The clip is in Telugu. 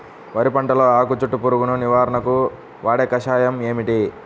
వరి పంటలో ఆకు చుట్టూ పురుగును నివారణకు వాడే కషాయం ఏమిటి?